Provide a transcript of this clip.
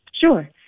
sure